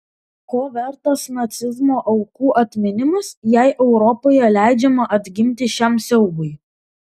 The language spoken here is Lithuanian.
ko vertas nacizmo aukų atminimas jei europoje leidžiama atgimti šiam siaubui